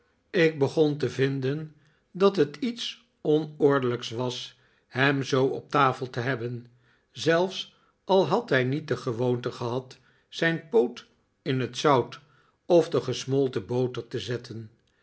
ik begon te vinden dat het iets onordelijks was hem zoo op tafel te hebben zelfs al had hij niet de gewoonte gehad zijn poot in het zout of de gesmolten boter te zetten